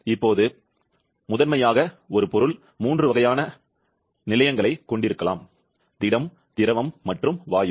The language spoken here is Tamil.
இப்போது முதன்மையாக ஒரு பொருள் மூன்று வகையான நிலையின் ங்களைக் கொண்டிருக்கலாம் திட திரவ மற்றும் வாயு